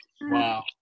Wow